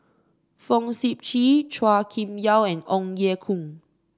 Fong Sip Chee Chua Kim Yeow and Ong Ye Kung